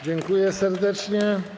Dziękuję serdecznie.